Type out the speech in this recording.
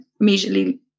immediately